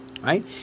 right